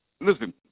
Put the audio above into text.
listen